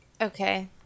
Okay